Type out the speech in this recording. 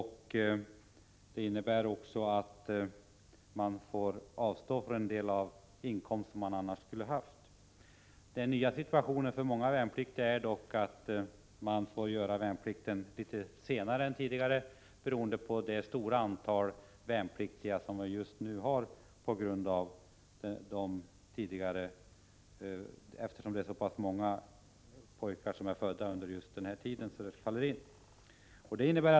Han får under den tiden avstå från en del av den inkomst han annars skulle ha haft. En ny situation är att många värnpliktiga nu får göra sin värnplikt något senare än som tidigare varit fallet, beroende på det nuvarande stora antalet värnpliktiga till följd av att det föddes många pojkar under den aktuella perioden.